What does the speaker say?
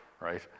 right